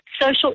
social